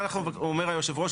אומר יושב הראש,